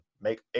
make